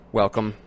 welcome